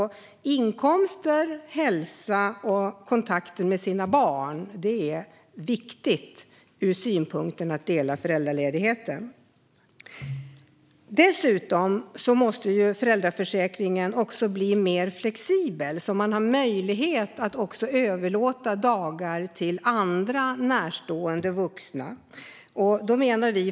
Att dela föräldraledigheten är viktigt för inkomsten, hälsan och kontakten med ens barn. Dessutom måste föräldraförsäkringen bli mer flexibel så att man har möjlighet att överlåta dagar till andra närstående vuxna.